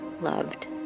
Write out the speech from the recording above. loved